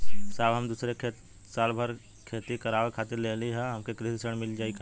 साहब हम दूसरे क खेत साल भर खेती करावे खातिर लेहले हई हमके कृषि ऋण मिल जाई का?